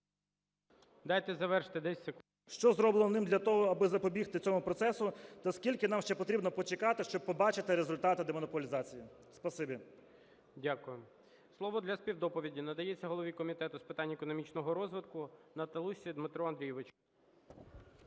Дайте завершити, 10 секунд. ГЕРУС А.М. …що зроблено ним для того, аби запобігти цьому процесу, та скільки нам потрібно ще почекати, щоб побачити результати демонополізації. Спасибі. ГОЛОВУЮЧИЙ. Дякую. Слово для співдоповіді надається голові Комітету з питань економічного розвитку Наталусі Дмитру Андрійовичу.